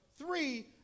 Three